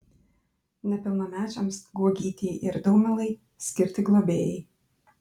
nepilnamečiams guogytei ir daumilai skirti globėjai